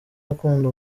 gukunda